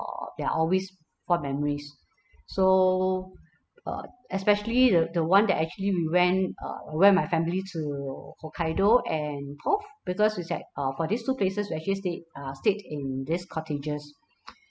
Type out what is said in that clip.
there're always fond memories so uh especially the the one that actually we went uh went with my family to hokkaido and perth because it's like uh for these two places we actually stayed uh stayed in these cottages